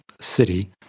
city